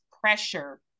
pressure